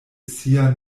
sia